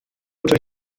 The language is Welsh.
ddod